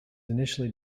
initially